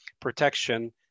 protection